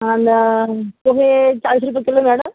आणि पोहे चाळीस रुपये किलो मॅडम